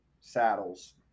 saddles